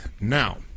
Now